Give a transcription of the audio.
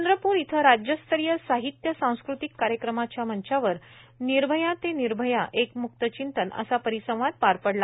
चंद्रपूर इथं राज्यस्तरीय साहित्य सांस्कृतीक कार्यक्रमाच्या मंचावर निर्भया ते निर्भया एक म्क्त चिंतन असा परिसंवाद पार पडला